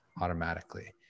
automatically